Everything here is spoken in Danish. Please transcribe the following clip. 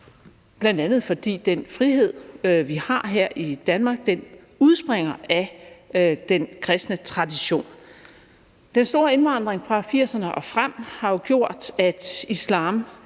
sådan, bl.a. fordi den frihed, vi har her i Danmark, udspringer af den kristne tradition. Den store indvandring fra 1980'erne og frem har jo gjort, at islam